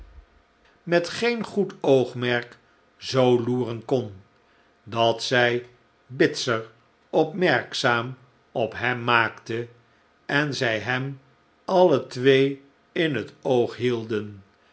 met geen goed oogmerk zoo i loeren kon dat zij bitzer opmerkzaam op hem maakte en zij hem alle twee in het oog hielden